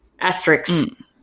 asterisks